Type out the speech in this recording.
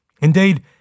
Indeed